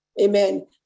amen